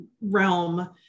realm